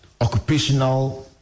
occupational